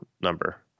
number